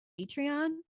Patreon